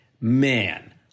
man